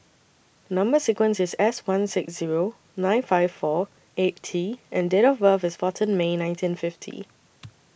Number sequence IS S one six Zero nine five four eight T and Date of birth IS fourteen May nineteen fifty